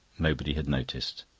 nobody had noticed.